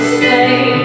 say